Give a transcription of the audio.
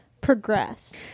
progress